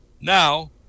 Now